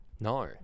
No